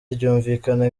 ryumvikana